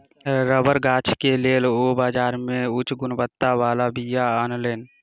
रबड़क गाछ के लेल ओ बाजार से उच्च गुणवत्ता बला बीया अनलैन